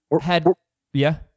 had—yeah